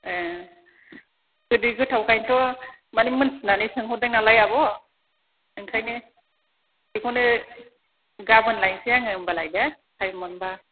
ए गोदै गोथाव खायनथ' मानि मोन्थिनानै सोंहरदों नालाय आब' ओंखायनो बेखौनो गाबोन लायसै आङो होमबालाय दे थाइम मोनबा